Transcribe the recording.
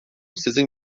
sizin